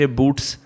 boots